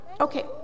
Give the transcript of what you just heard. Okay